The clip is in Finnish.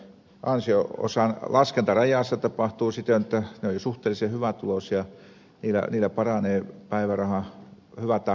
työttömyysturvan ansio osan laskentarajassa tapahtuu siten jotta niillä jotka ovat suhteellisen hyvätuloisia päiväraha paranee hyvä tai huono